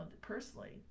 personally